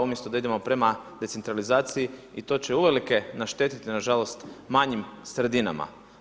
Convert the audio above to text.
Umjesto da idemo decentralizaciji i to će uvelike naštetiti na žalost manjim sredinama.